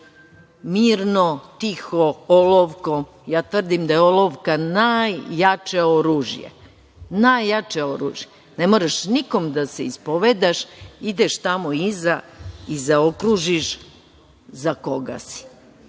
mirno, tiho, olovkom, ja tvrdim da je olovka najjače oružje, najjače oružje. Ne moraš nikom da se ispovedaš, ideš tamo iza i zaokružiš za koga si.